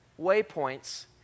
waypoints